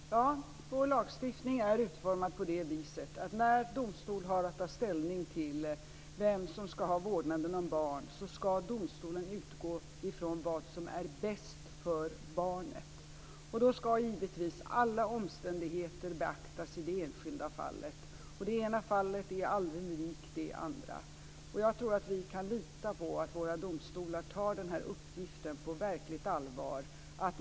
Fru talman! Ja, vår lagstiftning är utformad på det viset att domstolen, när domstol har att ta ställning till vem som skall ha vårdnaden om barn, skall utgå från vad som är bäst för barnet. Då skall givetvis alla omständigheter beaktas i det enskilda fallet. Och det ena fallet är aldrig likt det andra. Jag tror att vi kan lita på att våra domstolar tar den här uppgiften på verkligt allvar.